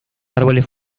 árboles